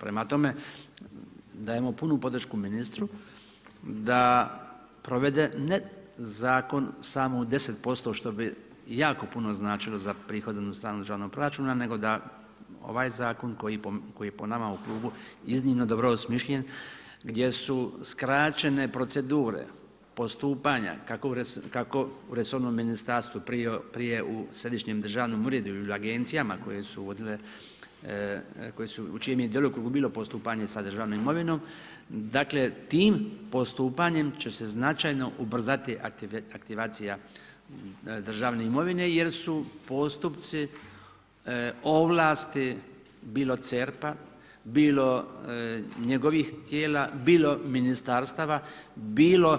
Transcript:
Prema tome, dajemo punu podršku ministru da provede ne zakon samo u 10% što bi jako puno značilo za prihodovnu stranu državnog proračuna nego da ovaj zakon koji po nama u klubu iznimno dobro osmišljen gdje su skraćene procedure postupanja kako u resornom ministarstvu prije u središnjem državnom uredu ili u agencijama u čijem je djelokrugu bilo postupanje sa državnom imovinom, dakle tim postupanjem će se značajno ubrzati aktivacija državne imovine jer su postupci, ovlasti bilo CERP-a, bilo njegovih tijela, bilo ministarstava bilo